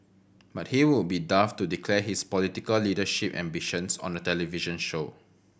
but he would be daft to declare his political leadership ambitions on a television show